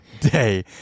day